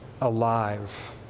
alive